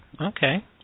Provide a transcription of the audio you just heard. okay